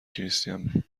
کریستین